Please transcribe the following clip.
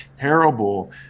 terrible